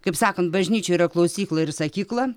kaip sakant bažnyčioj yra klausykla ir sakykla